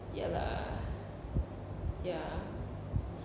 ya lah ya